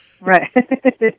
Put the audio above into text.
Right